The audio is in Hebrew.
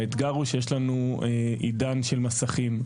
האתגר הוא שיש לנו עידן של מסכים,